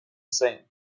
same